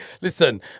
Listen